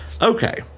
Okay